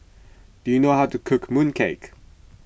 do you know how to cook Mooncake